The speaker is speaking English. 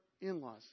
in-laws